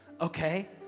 okay